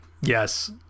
Yes